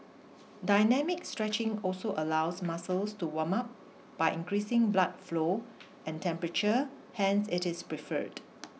dynamic stretching also allows muscles to warm up by increasing blood flow and temperature hence it is preferred